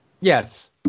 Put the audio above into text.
Yes